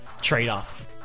trade-off